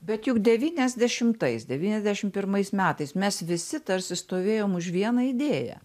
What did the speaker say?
bet juk devyniasdešimtais devyniasdešim pirmais metais mes visi tarsi stovėjom už vieną idėją